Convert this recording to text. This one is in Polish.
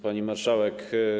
Pani Marszałek!